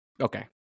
Okay